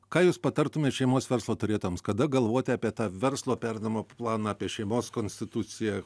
ką jūs patartumėt šeimos verslo turėtojams kada galvoti apie tą verslo perdavimo planą apie šeimos konstituciją